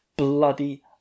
Bloody